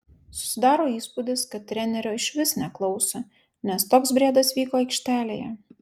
susidaro įspūdis kad trenerio išvis neklauso nes toks briedas vyko aikštelėje